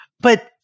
But-